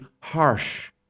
harsh